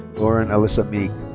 lauren alyssa meek.